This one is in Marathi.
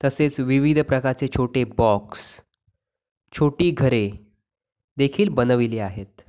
तसेच विविध प्रकारचे छोटे बॉक्स छोटी घरे देखील बनविली आहेत